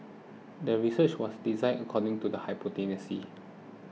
the research was designed according to the hypothesis